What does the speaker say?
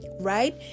right